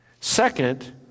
Second